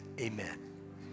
Amen